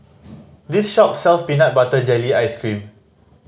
this shop sells peanut butter jelly ice cream